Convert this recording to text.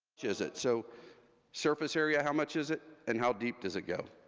is it. so surface area, how much is it, and how deep does it go.